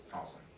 Awesome